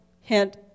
hint